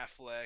Affleck